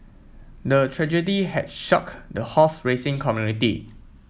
the tragedy had shock the horse racing community